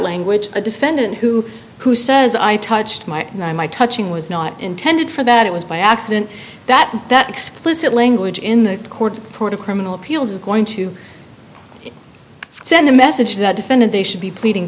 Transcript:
language a defendant who who says i touched my and i my touching was not intended for that it was by accident that that explicit language in the court of criminal appeals is going to send a message that defendant they should be pleading